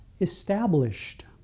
Established